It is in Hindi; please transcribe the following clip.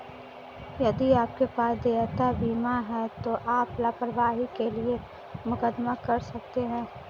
यदि आपके पास देयता बीमा है तो आप लापरवाही के लिए मुकदमा कर सकते हैं